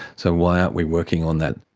so why aren't we working on that?